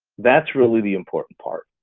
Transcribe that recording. that's really the important part.